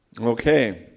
Okay